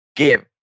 give